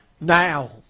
Now